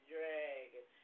Dragon